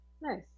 Nice